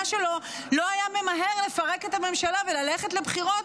שלו לא היה ממהר לפרק את הממשלה וללכת לבחירות,